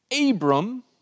Abram